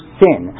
sin